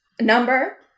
number